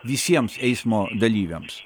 visiems eismo dalyviams